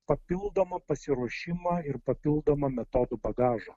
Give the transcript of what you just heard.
papildomą pasiruošimą ir papildomą metodų bagažą